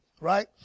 right